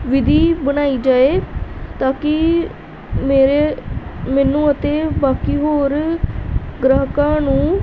ਵਿਧੀ ਬਣਾਈ ਜਾਏ ਤਾਂ ਕਿ ਮੇਰੇ ਮੈਨੂੰ ਅਤੇ ਬਾਕੀ ਹੋਰ ਗ੍ਰਾਹਕਾਂ ਨੂੰ